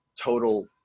total